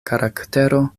karaktero